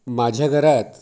माझ्या घरात